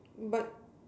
but